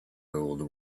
old